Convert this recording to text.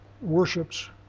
worships